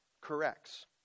corrects